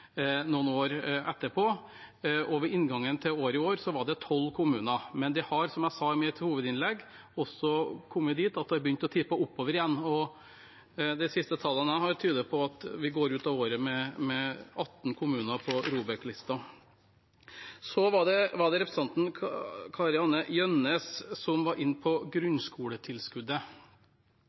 noen år etterpå, og ved inngangen til dette året var det 12 kommuner, men det har, som jeg sa i mitt hovedinnlegg, også kommet dit at det har begynt å tippe oppover igjen. De siste tallene jeg har, tyder på at vi går ut av året med 18 kommuner på ROBEK-listen. Så var det representanten Kari-Anne Jønnes, som var inne på grunnskoletilskuddet.